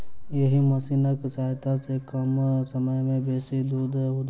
एहि मशीनक सहायता सॅ कम समय मे बेसी दूध दूहल जाइत छै